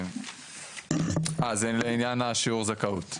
אז, לעניין שיעור הזכאות.